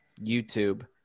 YouTube